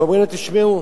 ואומרים להם: תשמעו,